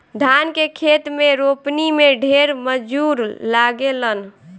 धान के खेत में रोपनी में ढेर मजूर लागेलन